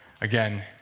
Again